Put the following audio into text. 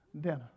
dinner